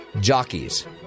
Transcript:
jockeys